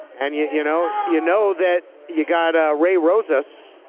and yeah you know you know that you got ray rosas,